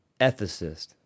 ethicist